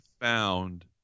found